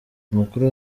umukuru